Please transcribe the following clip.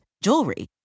jewelry